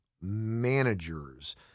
managers